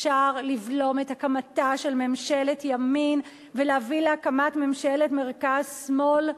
אפשר לבלום את הקמתה של ממשלת ימין ולהביא להקמת ממשלת מרכז שמאל.